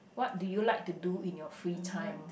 what do you like to do in your free time